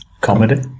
comedy